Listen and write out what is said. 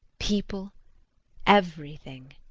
people everything.